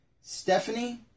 Stephanie